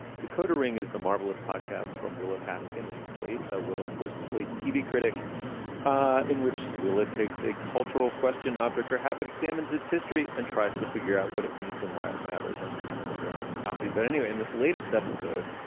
decoder ring is the marvelous podcast from willa paskin in and slate. ah we'll, of course, as slate's tv critic ah in which we'll it takes a cultural question object or habit, examines its history and tries to figure out what it means and why it matters. i'm reading from their own copy. but anyway, in this latest episode,